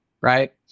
right